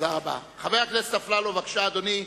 חבר הכנסת אפללו, בבקשה, אדוני.